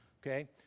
Okay